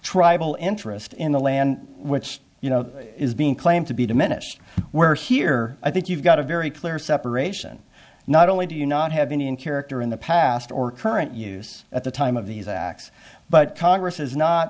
tribal interest in the land which you know is being claimed to be diminished where here i think you've got a very clear separation not only do you not have been in character in the past or current use at the time of these acts but congress is not